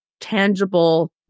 tangible